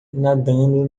nadando